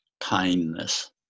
kindness